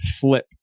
flip